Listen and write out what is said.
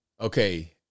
okay